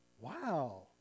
Wow